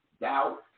doubt